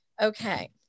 Okay